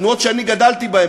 תנועות שאני גדלתי בהן,